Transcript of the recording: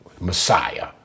Messiah